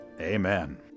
Amen